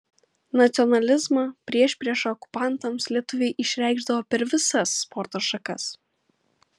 nacionalizmą priešpriešą okupantams lietuviai išreikšdavo per visas sporto šakas